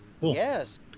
yes